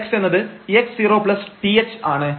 x എന്നത് x0th ആണ്